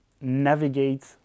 navigate